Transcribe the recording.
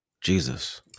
Jesus